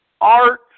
art